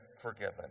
forgiven